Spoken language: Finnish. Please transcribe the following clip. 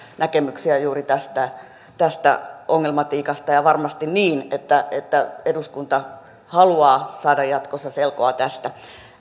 näkemyksiä juuri tästä tästä ongelmatiikasta ja on varmasti niin että että eduskunta haluaa saada jatkossa selkoa tästä